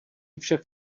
však